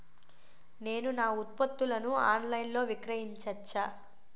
నేను నా ఉత్పత్తులను ఆన్ లైన్ లో విక్రయించచ్చా?